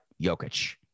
Jokic